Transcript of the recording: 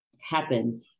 happen